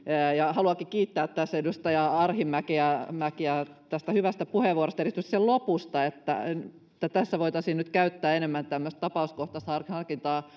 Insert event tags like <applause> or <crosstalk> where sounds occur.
haluankin kiittää tässä edustaja arhinmäkeä tästä hyvästä puheenvuorosta erityisesti sen lopusta että tässä voitaisiin käyttää enemmän tämmöistä tapauskohtaista harkintaa <unintelligible>